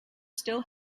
still